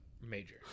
major